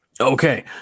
Okay